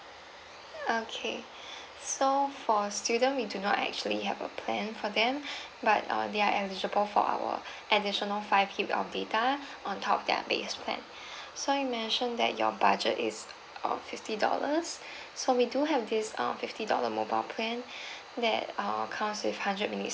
okay so for student we do not actually have a plan for them but uh they are eligible for our additional five K of data on top of their base plan so you mentioned that your budget is uh fifty dollars so we do have this uh fifty dollar mobile plan that uh comes with hundred minutes